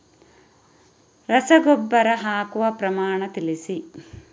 ರಸಗೊಬ್ಬರ ಹಾಕುವ ಪ್ರಮಾಣ ತಿಳಿಸಿ